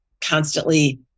constantly